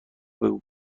بگو